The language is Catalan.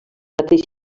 mateix